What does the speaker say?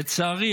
לצערי,